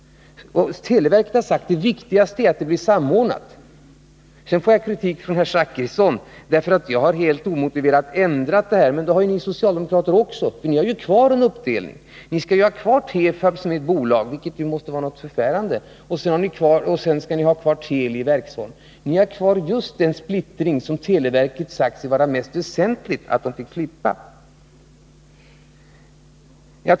Televerket har sagt att det viktigaste är att det blir en samordning. Bertil Zachrisson kritiserar mig för att jag helt omotiverat vill ändra den här organisationen. Men ni socialdemokrater vill ha kvar en uppdelning. Ni skall ha kvar Tefab som ett bolag, vilket ju måste vara något förfärande och sedan skall ni ha kvar Teli i verksform. Ni har kvar just den splittring som det enligt vad televerket har sagt är mest väsentligt att få slippa.